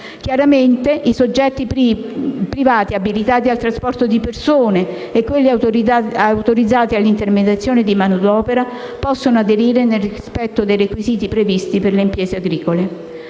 Chiaramente i soggetti privati abilitati al trasporto di persone e quelli autorizzati all'intermediazione di manodopera possono aderire nel rispetto dei requisiti previsti per le imprese agricole.